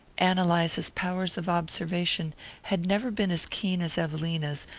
ann eliza's powers of observation had never been as keen as evelina's,